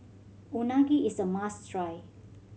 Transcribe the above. unagi is a must try